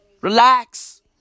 Relax